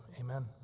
Amen